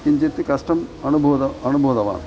किञ्चित् कष्टम् अनुभूतम् अनुभूतवान्